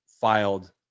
filed